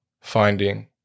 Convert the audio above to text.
finding